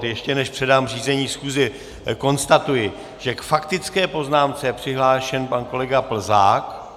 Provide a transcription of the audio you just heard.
Ještě než předám řízení schůze, konstatuji, že k faktické poznámce je přihlášen pan kolega Plzák.